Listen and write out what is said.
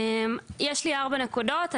יש לי ארבע נקודות.